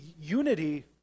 unity